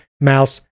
mouse